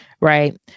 Right